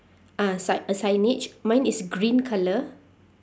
ah si~ a signage mine is green colour